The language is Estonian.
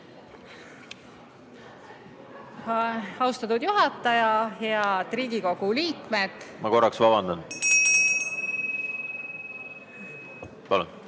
Austatud juhataja! Head Riigikogu liikmed! Ma korraks vabandan.